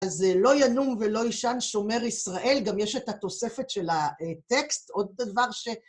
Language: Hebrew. אז לא ינום ולא ישן שומר ישראל, גם יש את התוספת של הטקסט, עוד דבר ש...